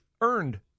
earned